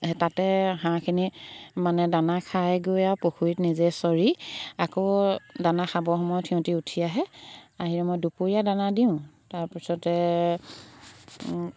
তাতে হাঁহখিনি মানে দানা খাই গৈ আৰু পুখুৰীত নিজে চৰি আকৌ দানা খাবৰ সময়ত সিহঁতি উঠি আহে আহিলে মই দুপৰীয়া দানা দিওঁ তাৰপিছতে